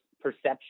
perception